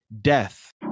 Death